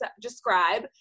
describe